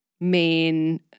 main